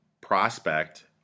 prospect